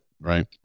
Right